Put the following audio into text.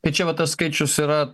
tai čia va tas skaičius yra